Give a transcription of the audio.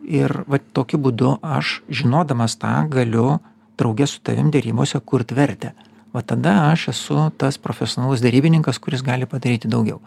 ir vat tokiu būdu aš žinodamas tą galiu drauge su tavim derybose kurt vertę va tada aš esu tas profesionalus derybininkas kuris gali padaryti daugiau